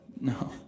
No